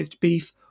beef